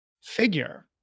figure